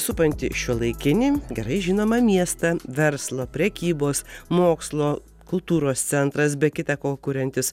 supanti šiuolaikinį gerai žinomą miestą verslo prekybos mokslo kultūros centras be kita ko kuriantis